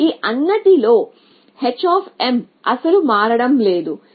ఈ అన్నిటి లో h అస్సలు మారడం లేదు